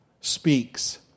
speaks